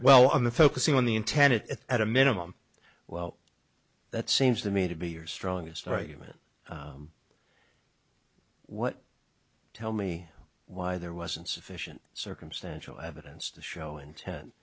well in the focusing on the intent it at a minimum well that seems to me to be your strongest argument what tell me why there wasn't sufficient circumstantial evidence to show intent